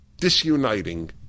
disuniting